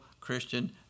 Christian